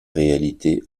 réalité